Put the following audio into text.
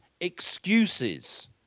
excuses